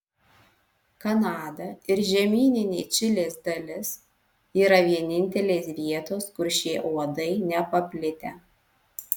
kanada ir žemyninė čilės dalis yra vienintelės vietos kur šie uodai nepaplitę